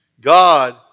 God